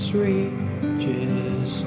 reaches